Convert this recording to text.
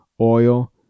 oil